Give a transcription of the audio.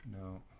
no